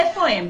איפה הם.